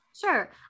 Sure